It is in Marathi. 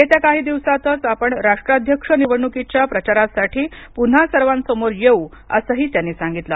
येत्या काही दिवसातच आपण राष्ट्राध्यक्ष निवडणुकीच्या प्रचारासाठी पुन्हा सर्वांसमोर येऊ अस ही त्यांनी सांगितल